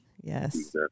Yes